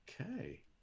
Okay